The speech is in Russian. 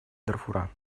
дарфура